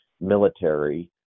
military